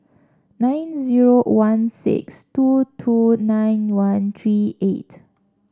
nine zero one six two two nine one three eight